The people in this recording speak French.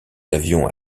avions